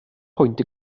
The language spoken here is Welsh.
pwynt